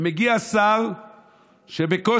ומגיע שר שבקושי